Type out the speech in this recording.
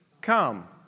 come